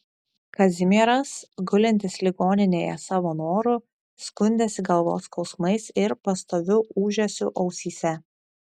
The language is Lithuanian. kazimieras gulintis ligoninėje savo noru skundėsi galvos skausmais ir pastoviu ūžesiu ausyse